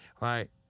right